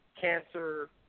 cancer